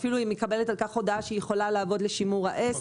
והיא אפילו מקבלת הודעה על כך שהיא יכולה לעבוד לשימור העסק.